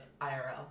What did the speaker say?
IRL